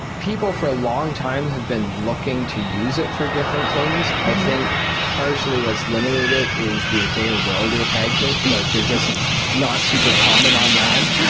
people, for a long time have been looking to use it for different things. i think partially what's limited it is the availability of hagfish. and like they're just not super common on land.